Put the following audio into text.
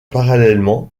parallèlement